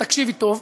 תקשיבי טוב: